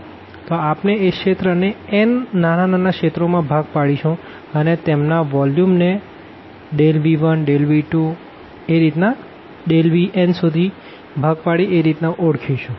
તો આપણે એ રિજિયન ને n નાના રિજિયનો માં ભાગ પાડીશું અને તેમના વોલ્યુમ ને V1δV2δVn થી ઓળખીશું